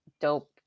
dope